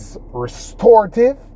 restorative